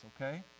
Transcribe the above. okay